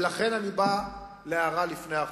ולכן אני מגיע להערה לפני אחרונה.